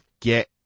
get